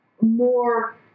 more